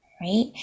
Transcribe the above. Right